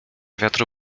wiatru